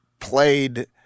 Played